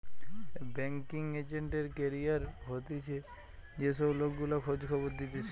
banking agent এর career হতিছে যে সব লোক গুলা খোঁজ খবর দিতেছে